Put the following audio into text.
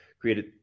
created